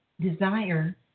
desire